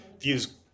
views